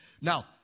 Now